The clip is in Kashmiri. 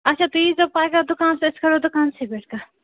اَچھا تُہۍ ییٖزیو پگاہ دُکانَس أسۍ کَرو دُکانسٕے پٮ۪ٹھ کَتھ